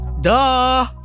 Duh